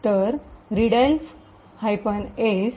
तर रीडएल्फ एस